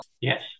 Yes